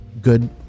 good